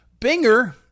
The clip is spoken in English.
Binger